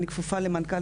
אני כפופה למנכ"ל,